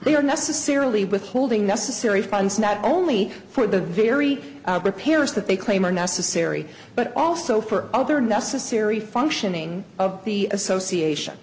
they are necessarily withholding necessary funds not only for the very repairs that they claim are necessary but also for other necessary functioning of the association